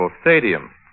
stadium